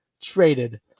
traded